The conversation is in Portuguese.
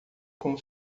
com